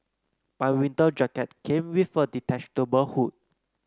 my winter jacket came with a detachable hood